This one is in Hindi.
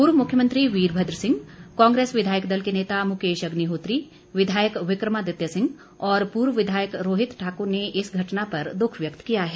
पूर्व मुख्यमंत्री वीरभद्र सिंह कांग्रेस विधायक दल के नेता मुकेश अग्निहोत्री विधायक विकमादित्य सिंह और पूर्व विधायक रोहित ठाकुर ने इस घटना पर दुख व्यक्त किया है